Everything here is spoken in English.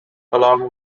along